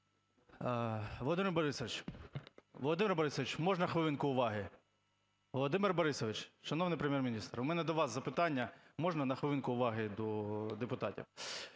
Володимир Борисович, можна хвилинку уваги? Володимир Борисович, шановний Прем'єр-міністр, у мене до вас запитання, можна на хвилинку уваги до депутатів.